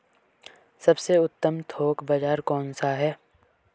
सबसे उत्तम थोक बाज़ार कौन सा है?